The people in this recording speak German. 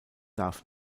darf